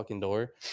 door